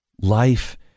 Life